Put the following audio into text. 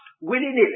willy-nilly